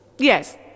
Yes